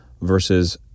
versus